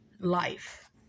life